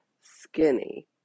skinny